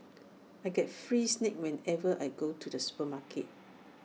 I get free snacks whenever I go to the supermarket